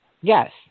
Yes